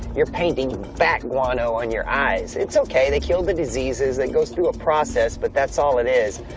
you're painting bat guano on your eyes. it's okay, they kill the diseases, it goes through a process, but that's all it is.